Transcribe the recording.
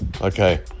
okay